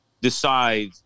decide